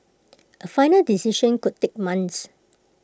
A final decision could take months